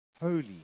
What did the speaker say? holy